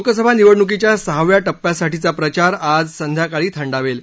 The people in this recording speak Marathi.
लोकसभा निवडणुकीच्या सहाव्या टप्प्यासाठीचा प्रचार आज संध्याकाळी थंडावेल